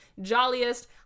jolliest